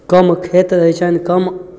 कम खेत रहै छनि कम